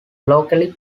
locally